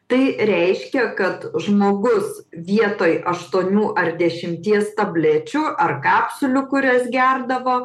tai reiškia kad žmogus vietoj aštuonių ar dešimties tablečių ar kapsulių kurias gerdavo